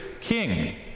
king